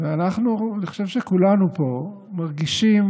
אני חושב שכולנו פה מרגישים,